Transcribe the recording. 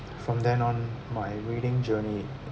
from then on my reading journey